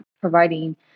providing